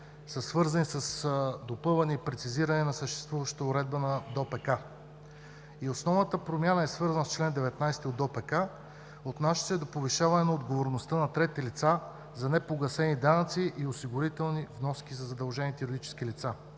са свързани с допълване и прецизиране на съществуващата уредба на ДОПК. Основната промяна е свързана с чл. 19 от ДОПК, отнасяща се до повишаване на отговорността на трети лица за непогасени данъци и осигурителни вноски за задължените юридически лица.